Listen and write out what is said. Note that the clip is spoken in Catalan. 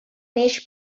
neix